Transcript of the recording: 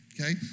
okay